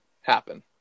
happen